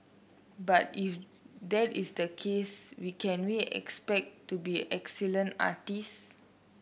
but if that is the case we can we expect to be excellent artists